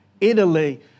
Italy